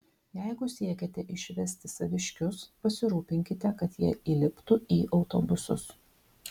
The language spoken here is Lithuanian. jeigu siekiate išvesti saviškius pasirūpinkite kad jie įliptų į autobusus